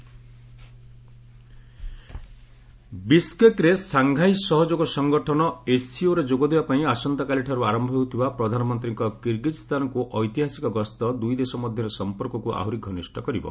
India କିର୍ଗିଜ୍ସ୍ଥାନ ବିଶ୍କେକ୍ରେ Shanghai ସହଯୋଗ ସଂଗଠନ ଏସ୍ସିଓରେ ଯୋଗ ଦେବା ପାଇଁ ଆସନ୍ତାକାଲିଠାରୁ ଆରମ୍ଭ ହେଉଥିବା ପ୍ରଧାନମନ୍ତ୍ରୀଙ୍କ କିର୍ଗିଜ୍ସ୍ଥାନକୁ ଐତିହାସିକ ଗସ୍ତ ଦୁଇ ଦେଶ ମଧ୍ୟରେ ସମ୍ପର୍କକୁ ଆହୁରି ଘନିଷ୍ଠ କରିବ